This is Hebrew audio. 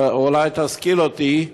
אולי תשכיל אותי,